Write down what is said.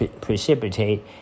precipitate